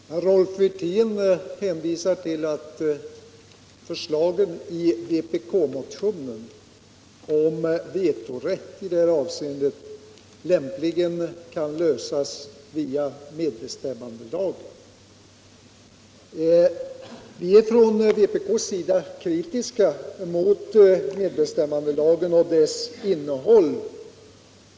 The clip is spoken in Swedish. Herr talman! Rolf Wirtén hänvisar till att förslaget i vpk-motionen om vetorätt i det avseendet lämpligen kan tillgodoses via medbestämmandelagen. Vi är från vpk:s sida emellertid kritiska mot medbestämmandelagen och dess innehåll.